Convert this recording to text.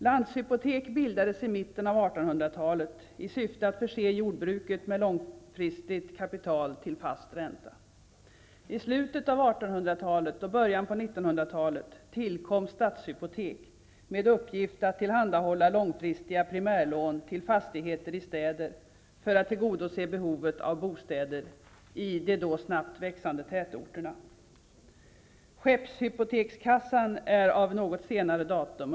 Landshypotek bildades i mitten av 1800-talet i syfte att förse jordbruket med långfristigt kapital till fast ränta. I slutet av 1800-talet och början av 1900-talet tillkom Stadshypotek med uppgift att tillhandahålla långfristiga primärlån till fastigheter i städer för att tillgodose behovet av bostäder i de då snabbt växande tätorterna. Skeppshypotekskassan är av något senare datum.